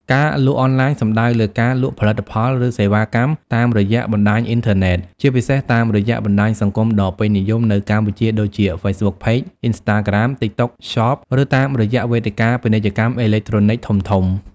ការលក់អនឡាញសំដៅលើការលក់ផលិតផល ឬសេវាកម្មតាមរយៈបណ្តាញអ៊ីនធឺណិត ជាពិសេសតាមរយៈបណ្តាញសង្គមដ៏ពេញនិយមនៅកម្ពុជាដូចជា Facebook Page Instagram TikTok Shop ឬតាមរយៈវេទិកាពាណិជ្ជកម្មអេឡិចត្រូនិកធំៗ។